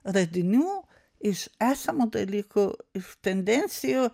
radinių iš esamų dalykų iš tendencijų